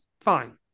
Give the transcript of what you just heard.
fine